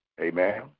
Amen